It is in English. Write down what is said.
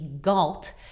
galt